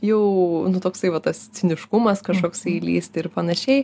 jau nu toksai va tas ciniškumas kažkoksai lįsti ir panašiai